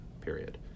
period